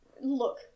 look